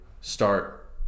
start